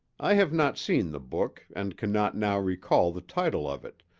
i have not seen the book and cannot now recall the title of it,